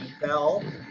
bell